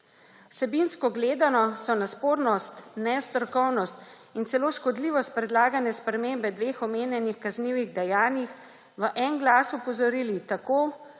Vsebinsko gledano so na spornost, nestrokovnost in celo škodljivost predlagane spremembe dveh omenjenih kaznivih dejanj v en glas opozorili tako